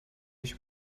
nicht